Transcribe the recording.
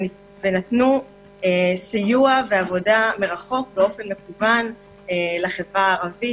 ונתנו סיוע ועבודה מרחוק באופן מקוון לחברה הערבית.